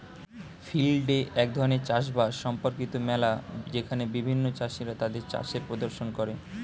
field day এক ধরণের চাষ বাস সম্পর্কিত মেলা যেখানে বিভিন্ন চাষীরা তাদের চাষের প্রদর্শন করে